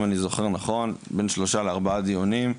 אם אני זוכר נכון בין שלושה לארבעה דיונים,